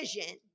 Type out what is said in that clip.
vision